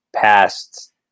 past